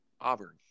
Auburn